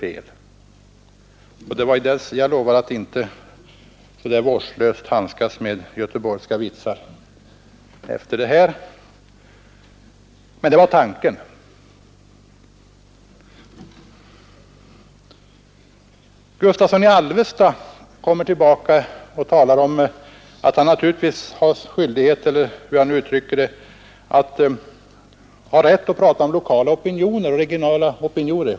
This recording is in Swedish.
Detta var tanken med vad jag sade. Jag lovar att efter detta inte så vårdslöst handskas med göteborgska vitsar när herr Gustafson är med. Herr Gistavsson i Alvesta säger att han har rätt att ge uttryck för lokala opinioner.